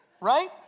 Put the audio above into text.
right